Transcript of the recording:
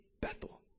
Bethel